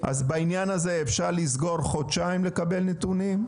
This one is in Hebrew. אז בעניין הזה אפשר לסגור חודשיים לקבל נתונים?